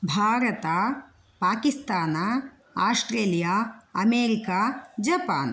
भारतं Pakistan Australia America Japan